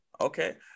Okay